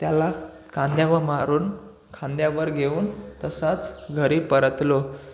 त्याला खांद्यावर मारून खांद्यावर घेऊन तसाच घरी परतलो